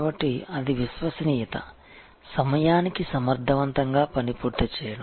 కాబట్టి అది విశ్వసనీయత సమయానికి సమర్థవంతంగా పని పూర్తి చేయడం